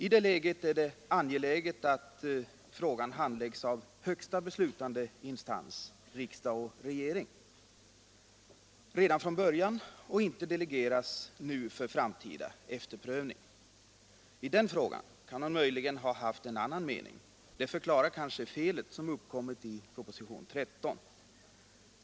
I det läget är det angeläget att frågan handläggs av högsta beslutande instans — riksdag och regering — redan från början och inte nu delegeras för framtida efterprövning. På den punkten kan man möjligen ha haft en annan mening. Det förklarar kanske felet som uppkommit i propositionen.